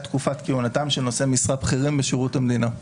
תקופת כהונתם של נושאי משרה בכירים בשירות המדינה.